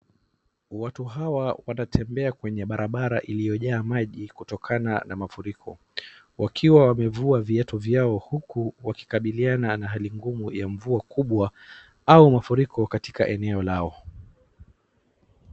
Watu hawa wanatembea kwenye barabara iliyojaa maji kutokana na mafuriko wakiwa wamevua viatu vyao huku wakikabiliana na hali ngumu ya mvua au mafuriko katika eneo lao.